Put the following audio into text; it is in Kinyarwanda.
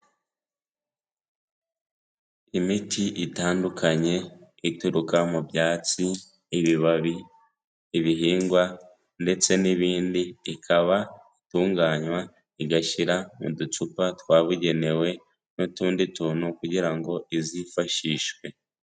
Imiti itandukanye ituruka mu byatsi, ibibabi, ibihingwa ndetse n'ibindi, ikaba itunganywa, igashyira mu ducupa twabugenewe n'utundi tuntu kugira ngo izifashishwe.